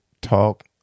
talk